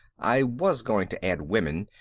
i was going to add women,